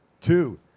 two